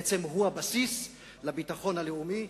בעצם הוא הבסיס לביטחון הלאומי,